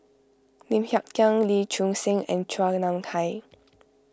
Lim Hng Kiang Lee Choon Seng and Chua Nam Hai